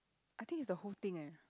I think is the whole thing leh